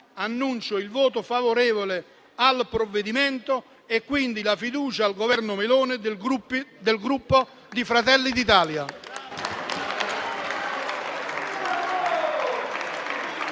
annuncio il voto favorevole al provvedimento e quindi la fiducia al Governo Meloni del Gruppo Fratelli d'Italia.